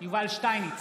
יובל שטייניץ,